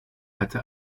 hatte